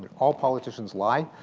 all politicians lie.